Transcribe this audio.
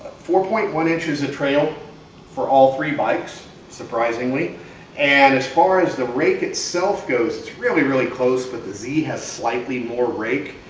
four point one inches of trail for all three bikes surprisingly and as far as the rake itself goes. it's really really close, but the z has slightly more rake.